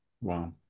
Wow